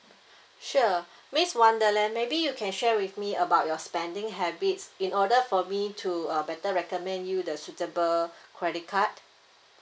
sure miss wonderland maybe you can share with me about your spending habits in order for me to uh better recommend you the suitable credit card